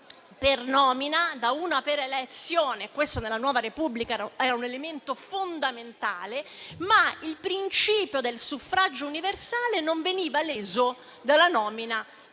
per nomina a uno per elezione. Questo nella nuova Repubblica era un elemento fondamentale, ma il principio del suffragio universale non veniva leso dalla nomina